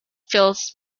fills